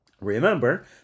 Remember